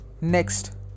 next